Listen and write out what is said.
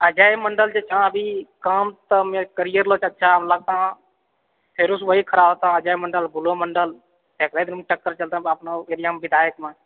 अजय मण्डल जे छै अभी काम ताम तऽ करैलक अच्छा फेरोसँ ओहि खड़ा होतहुँ अजय मण्डल गोलो मण्डल ओहे दुनूमे टक्कर चलतै अपना एरिया विधायकमे